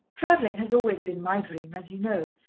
travelling has always been my dream, as you know,